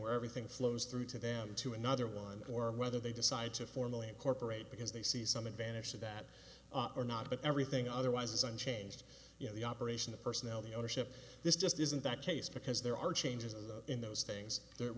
where everything flows through to them to another one or whether they decide to formally incorporate because they see some advantage to that or not but everything otherwise is unchanged you know the operation of personnel the ownership this just isn't that case because there are changes in those things there